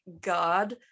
God